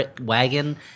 wagon